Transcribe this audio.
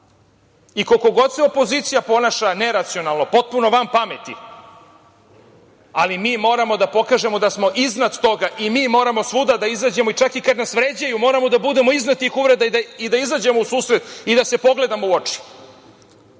I koliko god se opozicija ponaša neracionalno, potpuno van pameti, ali mi moramo da pokažemo da smo iznad toga i mi moramo svuda da izađemo. Čak i kad nas vređaju, moramo da budemo iznad tih uvreda i da izađemo u susret i da se pogledamo u oči.